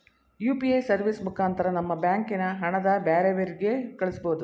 UPA service ಮುಖಾಂತರ ನಮ್ಮ ಬ್ಯಾಂಕಿನ ಹಣನ ಬ್ಯಾರೆವ್ರಿಗೆ ಕಳಿಸ್ಬೋದು